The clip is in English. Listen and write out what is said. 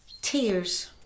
Tears